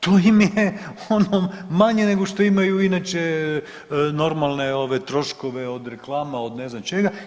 To im je ono manje nego što imaju inače normalne troškove od reklama, od ne znam čega.